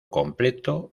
completo